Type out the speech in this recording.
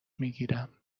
میگیرم